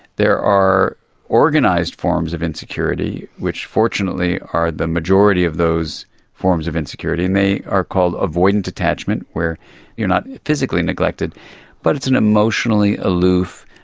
there are organised forms of insecurity which fortunately are the majority of those forms of insecurity, and they are called avoidant attachment where you are not physically neglected but it's an emotionally aloof,